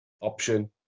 option